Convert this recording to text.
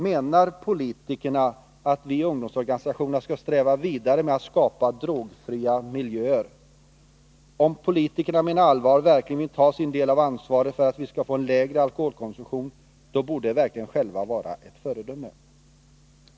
Menar politikerna att vi i ungdomsorganisastionerna skall sträva vidare med att skapa drogfria miljöer? Om politikerna menar allvar och verkligen vill ta sin del av ansvaret för att vi skall få en lägre alkoholkonsumtion — då borde de verkligen själva vara ett gott föredöme.